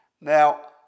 Now